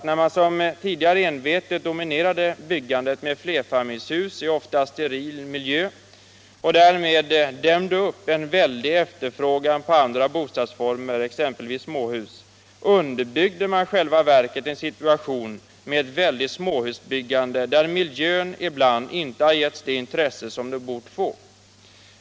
När man tidigare envetet dominerade byggandet med flerfamiljshus i ofta steril miljö och därmed dämde upp en väldig efterfrågan på andra bostadsformer, exempelvis småhus, underbyggde man i själva verket en situation med ett väldigt småhusbyggande, där miljön ibland inte har ägnats tillräckligt intresse.